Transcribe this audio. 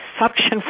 suction